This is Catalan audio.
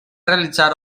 realitzar